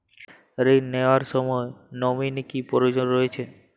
ঋণ নেওয়ার সময় নমিনি কি প্রয়োজন রয়েছে?